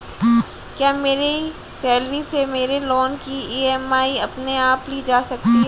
क्या मेरी सैलरी से मेरे लोंन की ई.एम.आई अपने आप ली जा सकती है?